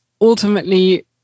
ultimately